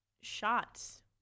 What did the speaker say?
shots